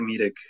comedic